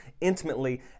intimately